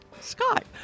Scott